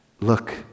Look